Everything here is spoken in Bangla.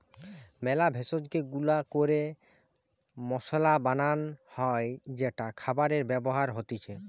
মেলা ভেষজকে গুঁড়া ক্যরে মসলা বানান হ্যয় যেটা খাবারে ব্যবহার হতিছে